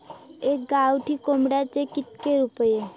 एका गावठी कोंबड्याचे कितके रुपये?